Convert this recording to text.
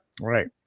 Right